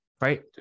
Right